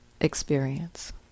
experience